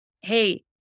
Hey